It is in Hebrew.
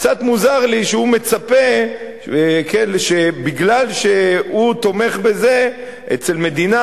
קצת מוזר לי שהוא מצפה שמכיוון שהוא תומך בזה אצל מדינה